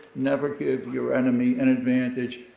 never give your enemy an advantage,